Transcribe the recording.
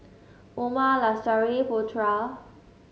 Umar Lestari Putra